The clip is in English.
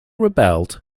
rebelled